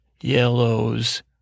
yellows